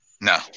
No